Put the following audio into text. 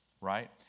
right